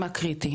מה קריטי?